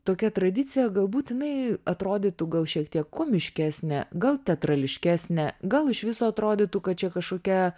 tokia tradicija galbūt jinai atrodytų gal šiek tiek komiškesnė gal teatrališkesnė gal iš viso atrodytų kad čia kažkokia